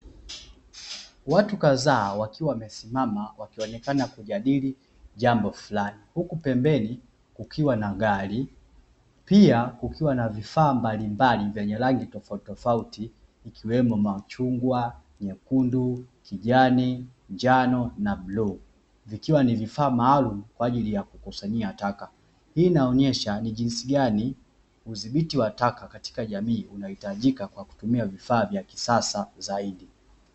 Watu kadhaa wakiwa wamesimama wakionekana kujadili jambo fulani. Huku pembeni kukiwa na gari, pia kukiwa na vifaa mbalimbali vyenye rangi tofaauti tofauti ikiwemo; machungwa, nyekundu, kijani, njano na bluu vikiwa ni vifaa maalumu kwa ajili ya kukusanyia taka. Hii inaonyesha ni jinsi gani udhibiti wa taka katika jamii unahitajika kwa kutumia vifa vya kisasa zaidi.